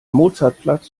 mozartplatz